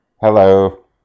Hello